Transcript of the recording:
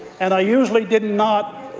and i usually did not